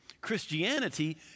Christianity